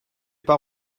pas